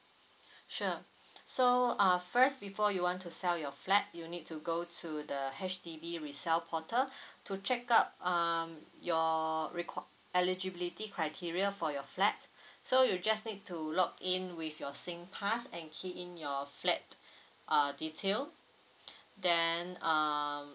sure so uh first before you want to sell your flat you need to go to the H_D_B resale portal to check out um your record eligibility criteria for your flat so you just need to log in with your singpass and key in your flat uh detail then um